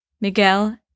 Miguel